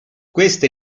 questi